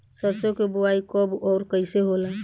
सरसो के बोआई कब और कैसे होला?